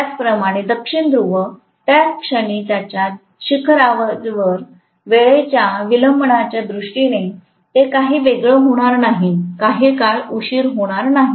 त्याचप्रमाणे दक्षिण ध्रुव त्याच क्षणी त्याच्या शिखरावर वेळेच्या विलंबच्या दृष्टीने ते काही वेगळं होणार नाही काही काळ उशीर होणार नाही